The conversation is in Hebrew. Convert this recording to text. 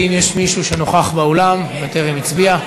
האם יש מישהו שנוכח באולם וטרם הצביע?